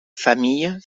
familles